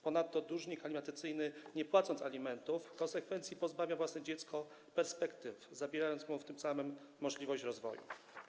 Ponadto dłużnik alimentacyjny, nie płacąc alimentów, w konsekwencji pozbawia własne dziecko perspektyw, zabierając mu tym samym możliwość rozwoju.